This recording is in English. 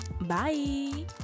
Bye